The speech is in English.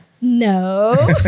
no